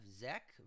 Zach